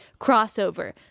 crossover